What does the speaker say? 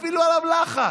תפעילו עליו לחץ.